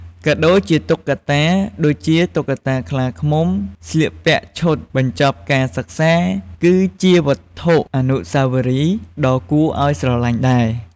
កាដូជាតុក្កតា ដូចជា តុក្កតាខ្លាឃ្មុំស្លៀកពាក់ឈុតបញ្ចប់ការសិក្សា គឺជាវត្ថុអនុស្សាវរីយ៍ដ៏គួរឱ្យស្រឡាញ់ដែរ។